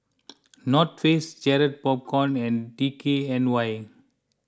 North Face Garrett Popcorn and D K N Y